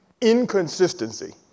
inconsistency